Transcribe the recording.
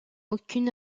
aucune